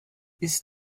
ist